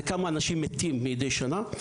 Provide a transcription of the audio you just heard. זה כמה אנשים מתים מידי שנה,